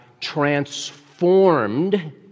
transformed